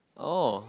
oh